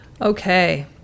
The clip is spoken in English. Okay